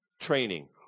training